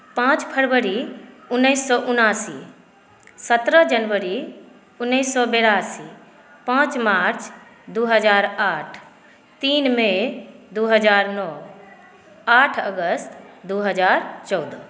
पाँच फरवरी उन्नैस सए उनासी सत्रह जनवरी उन्नैस सए बेरासी पाँच मार्च दू हजार आठ तीन मइ दू हजार नओ आठ अगस्त दू हजार चौदह